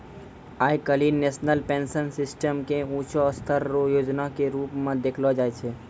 आइ काल्हि national pension system के ऊंचों स्तर रो योजना के रूप मे देखलो जाय छै